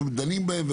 ודנים בהן,